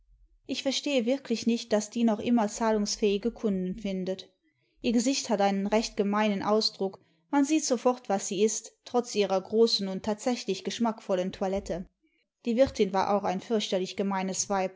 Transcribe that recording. ich verstehe wirklich nicht daß die noch inuner zahlungsfähige kunden findet ihr gesicht hat einen recht gemeinen ausdruck man sieht sofort was sie ist trotz ihrer großen tmd tatsächlich geschmackvollen toilette die wirtin war auch ein